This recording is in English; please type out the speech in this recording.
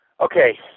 Okay